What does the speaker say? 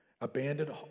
abandoned